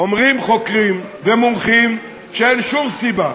אומרים חוקרים ומומחים שאין שום סיבה,